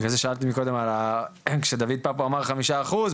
בגלל זה שאלתי מקודם כשדויד פפו אמר חמישה אחוז,